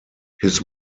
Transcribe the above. his